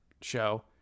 show